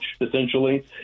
essentially